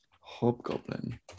Hobgoblin